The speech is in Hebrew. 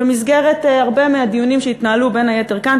במסגרת הרבה מהדיונים שהתנהלו בין היתר כאן,